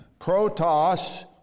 Protos